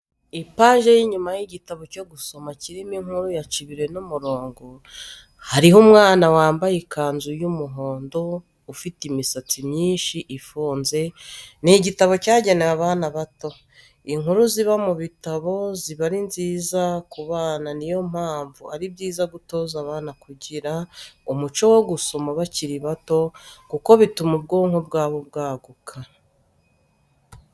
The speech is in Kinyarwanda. Ipaji y'inyuma y'igitabo cyo gusoma kirimo inkuru ya Cibiri n'umurongo, hariho umwana wambaye ikanzu y'umuhondo ufite imisatsi myinshi ifunze, ni igitabo cyagenewe abana bato. Inkuru ziba mu bitabo ziba ari nziza ku bana niyo mpamvu ari byiza gutoza abana kugira umuco wo gusoma bakiri bato, kuko bituma ubwonko bwabo bwaguka.